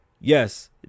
yes